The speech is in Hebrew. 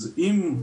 אז אם,